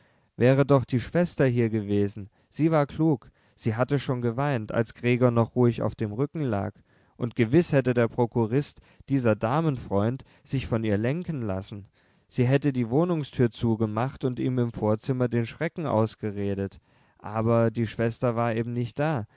wäre doch die schwester hier gewesen sie war klug sie hatte schon geweint als gregor noch ruhig auf dem rücken lag und gewiß hätte der prokurist dieser damenfreund sich von ihr lenken lassen sie hätte die wohnungstür zugemacht und ihm im vorzimmer den schrecken ausgeredet aber die schwester war eben nicht da